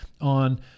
on